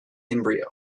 embryo